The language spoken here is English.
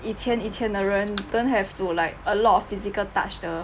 以前以前的人 don't have to like a lot of physical touch 的